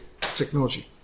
technology